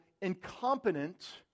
incompetent